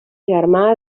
germà